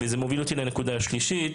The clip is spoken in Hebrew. זה מוביל אותי לנקודה השלישית